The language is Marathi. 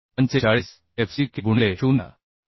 45 f c k गुणिले 0